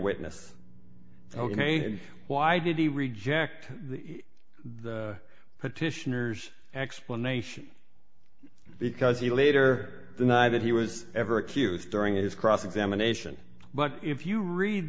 witness ok why did he reject the the petitioners explanation because he later denied that he was ever accused during his cross examination but if you read